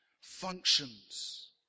functions